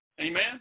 Amen